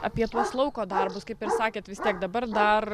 apie tuos lauko darbus kaip ir sakėt vis tiek dabar dar